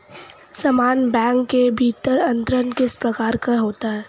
समान बैंक के भीतर अंतरण किस प्रकार का होता है?